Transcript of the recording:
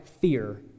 fear